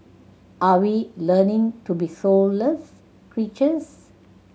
are we learning to be soulless creatures